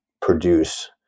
produce